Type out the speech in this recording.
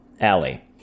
Alley